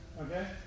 Okay